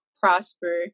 prosper